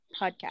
podcast